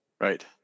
Right